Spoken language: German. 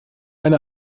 eine